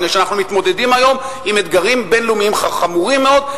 מפני שאנחנו מתמודדים היום עם אתגרים בין-לאומיים חמורים מאוד,